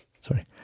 Sorry